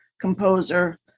composer